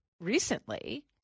recently